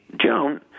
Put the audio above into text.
Joan